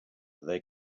they